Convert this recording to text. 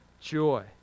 joy